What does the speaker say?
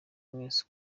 mwese